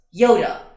Yoda